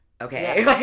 Okay